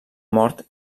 mort